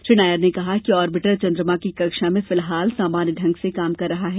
श्री नायर ने कहा कि ऑर्बिटर चंद्रमा की कक्षा में फिलहाल सामान्य ढंग से काम कर रहा है